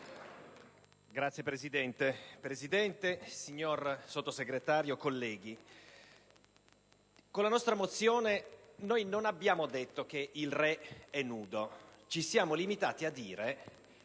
Presidente, signor Sottosegretario, colleghi, con la nostra mozione non abbiamo detto che il re è nudo: ci siamo limitati a dire